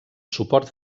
suport